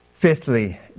Fifthly